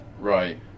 right